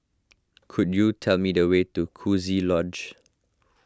could you tell me the way to Coziee Lodge